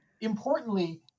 importantly